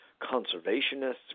conservationists